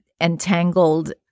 entangled